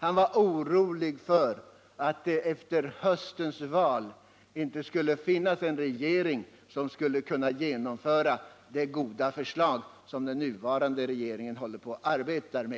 Han var orolig för att det efter höstens val inte skulle finnas en regering som skulle kunna genomföra de goda förslag som den nuvarande regeringen håller på att arbeta fram.